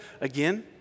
again